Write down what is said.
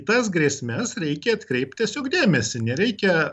tas grėsmes reikia atkreipt tiesiog dėmesį nereikia